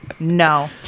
no